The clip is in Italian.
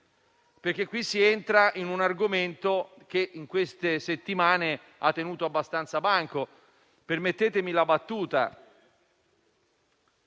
altrimenti si entra in una questione che in queste settimane ha tenuto abbastanza banco. Permettetemi la battuta: